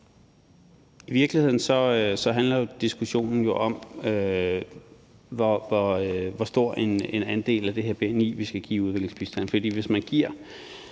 I virkeligheden handler diskussionen om, hvor stor en andel af det her bni vi skal give i udviklingsbistand.